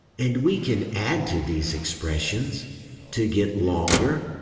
and we can add to these expressions to get longer,